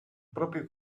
proprio